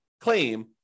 claim